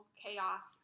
chaos